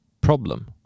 problem